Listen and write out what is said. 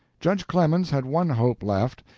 judge clemens had one hope left.